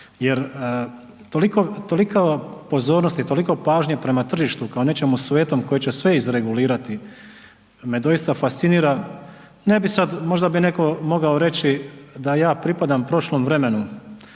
jer toliko pozornosti i toliko pažnje prema tržištu kao nečemu svetom koje će sve izregulirati, me doista fascinira, ne bi sad, možda bi netko mogao reći da ja pripadam prošlom vremenu,